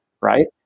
Right